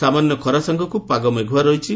ସାମାନ୍ୟ ଖରା ସାଙ୍ଗକୁ ପାଗ ମେଘୁଆ ରହିଛି